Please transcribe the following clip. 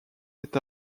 est